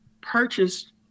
purchased